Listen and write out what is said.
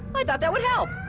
i thought that would help.